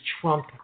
Trump